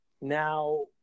Now